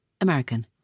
American